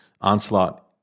onslaught